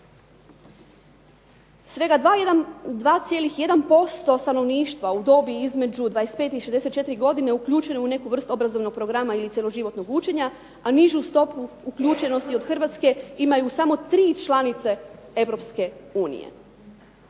Svega 2,1% stanovništva u dobi između 25 i 64 godine uključen je u neku vrstu obrazovnog programa ili cjeloživotnog učenja a nižu stopu uključenosti od Hrvatske imaju samo tri članice